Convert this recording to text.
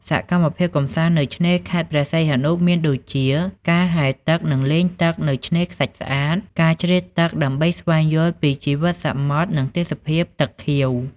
សកម្មភាពកម្សាន្តនៅឆ្នេរខេត្តព្រះសីហនុមានដូចជាការហែលទឹក និងលេងទឹកនៅឆ្នេរខ្សាច់ស្អាត ការជ្រៀតទឹកដើម្បីស្វែងយល់ពីជីវិតសមុទ្រ និងទេសភាព ទឹកខៀវ។